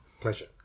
Pleasure